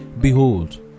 Behold